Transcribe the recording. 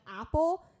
apple